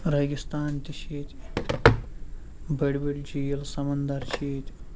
ریگِستان تہِ چھِ ییٚتہِ بٔڑۍ بٔڑۍ جھیٖل سمنٛدَر چھِ ییٚتہِ